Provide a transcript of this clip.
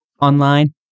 online